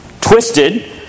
twisted